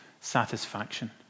satisfaction